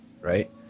Right